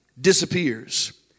disappears